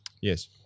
Yes